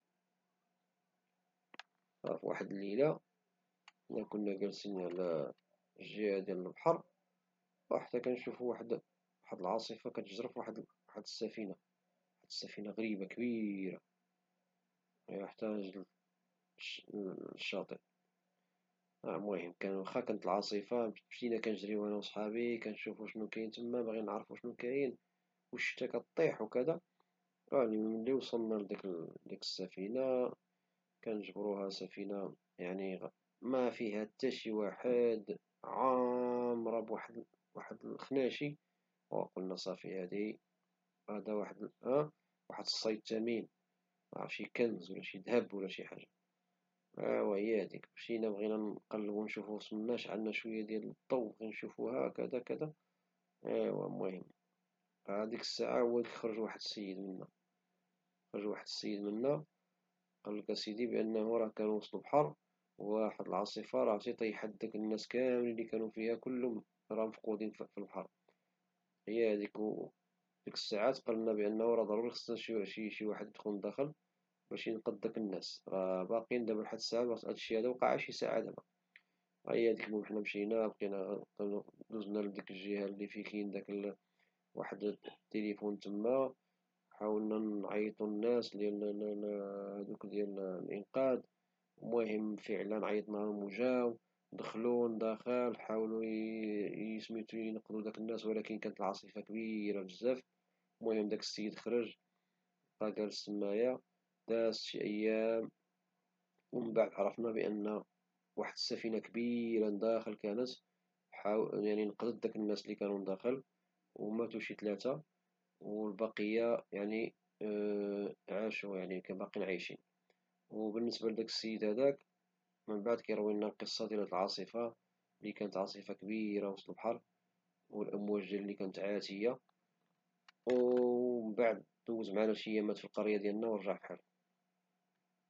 واحد الليلة كنا جالسين على جنب البحر حتى كنشوفو واحد العاصفة كتجرف واحد اسفينة - سفينة غريبة وكبيرة ، وخا كانت العاصفة مشينا كنجريو أنا وصحابي كنشوفو شنو واقع تما والشتاء كتطيح، وملي وصلنا لديك السفينة مجبرنا فيها حتى شي واحد و عامرة بواحد الخناشي وقلنا صافي هذا واحد الصيد ثمين ، شي كنز أو شي ذهب، مشينا بغينا نضويو باش نشوفو شنو كاين تما ديك الساعة وهو يخرج واحد السيد منها، قالك راه كانت واحد العاصفة في البحر وراه طيحت الناس لي كانو في السفينة كاملين، ديك الساعة بقينا كنقلبو كيفاش ندخلو بشي طريقة ديال الانقاذ لديك الناس لي ندخل، وفعلا جاو فرق الإنقاذ ودخلو ولكن العاصفة كانت قوية بزاف ومقدروش يدخلو نداخل لبحر، ودازت شي ايام عنعرفو بأن واحد السفينة كبيرة كانت ديزة ديك الليلة وتمكنت تنقذ ديك الناس وخا ماتو ثلاثة منوم، وديك السيد عاودنا القصة ديال ديك العاصفة لي كيقول معمرو شاف بحالها، ومن بعد دوز معنا شي أيام في القرية ومشى.